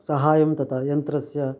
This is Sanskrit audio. सहायं तथा यन्त्रस्य